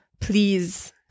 please